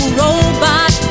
robot